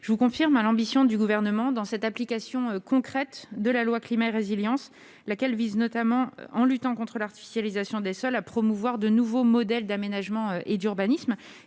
je vous confirme l'ambition du Gouvernement d'appliquer concrètement la loi Climat et résilience, qui vise notamment, en luttant contre l'artificialisation des sols, à promouvoir de nouveaux modèles d'aménagement et d'urbanisme.